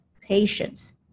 patience